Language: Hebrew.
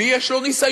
מי יש לו ניסיון?